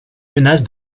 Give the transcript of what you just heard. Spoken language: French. menace